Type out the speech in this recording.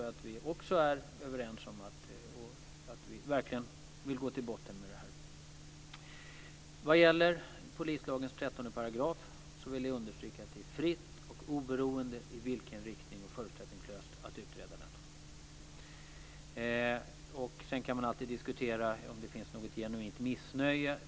Jag tror att vi är överens om att vi verkligen vill gå till botten med detta. Jag vill understryka att det är fritt att oberoende, i vilken riktning som helst och förutsättningslöst, utreda 13 § polislagen. Sedan kan man alltid diskutera om det finns något genuint missnöje.